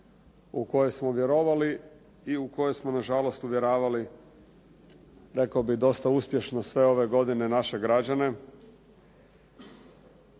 u koje smo vjerovali i u koje smo na žalost uvjeravali rekao bih dosta uspješno sve ove godine naš građane.